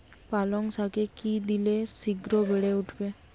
পালং শাকে কি দিলে শিঘ্র বেড়ে উঠবে?